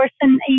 person